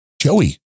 Joey